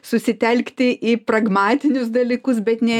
susitelkti į pragmatinius dalykus bet ne